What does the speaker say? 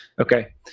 Okay